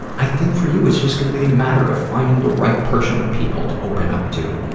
i think, for you, it's just gonna be a matter of finding the right person or people to open up to.